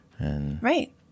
Right